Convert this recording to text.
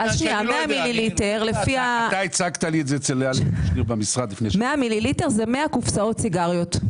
100 מיליליטר זה 100 קופסאות סיגריות.